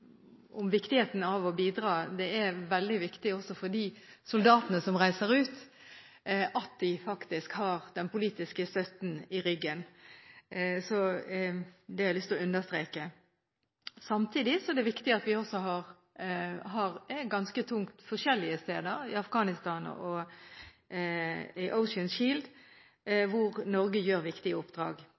om viktigheten av å bidra – veldig viktig for soldatene som reiser ut, at de faktisk har den politiske støtten i ryggen. Det har jeg lyst til å understreke. Samtidig er det viktig at vi også er ganske tungt inne forskjellige steder, i Afghanistan og i Operasjon Ocean Shield, hvor Norge gjør viktige oppdrag.